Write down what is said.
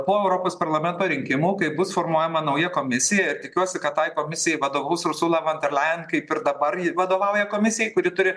po europos parlamento rinkimų kai bus formuojama nauja komisija ir tikiuosi kad tai komisijai vadovaus ursula von der leyen kaip ir dabar vadovauja komisijai kuri turi